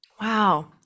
Wow